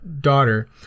daughter